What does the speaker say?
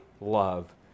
love